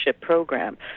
program